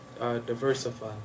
diversify